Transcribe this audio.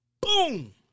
Boom